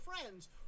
friends